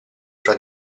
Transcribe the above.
fra